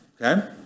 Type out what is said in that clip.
Okay